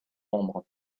membres